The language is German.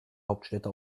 hauptstädte